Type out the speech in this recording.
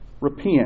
Repent